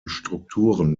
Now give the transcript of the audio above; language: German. strukturen